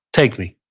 take me.